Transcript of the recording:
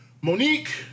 Monique